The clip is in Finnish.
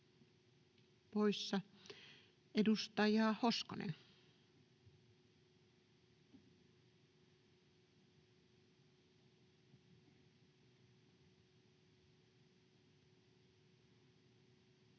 poissa. — Edustaja Hoskonen.